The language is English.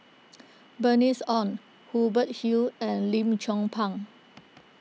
Bernice Ong Hubert Hill and Lim Chong Pang